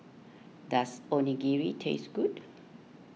does Onigiri taste good